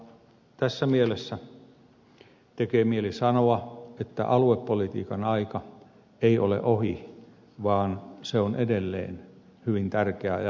tässä mielessä tekee mieli sanoa että aluepolitiikan aika ei ole ohi vaan se on edelleen hyvin tärkeä ajankohtainen asia